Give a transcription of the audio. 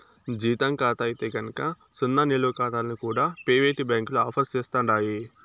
జీతం కాతా అయితే గనక సున్నా నిలవ కాతాల్ని కూడా పెయివేటు బ్యాంకులు ఆఫర్ సేస్తండాయి